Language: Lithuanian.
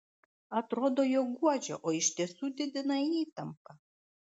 atrodo jog guodžia o iš tiesų didina įtampą